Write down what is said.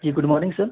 جی good morning سر